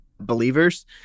believers